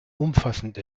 umfassend